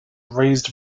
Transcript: raised